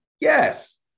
Yes